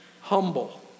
humble